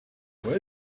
where